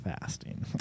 fasting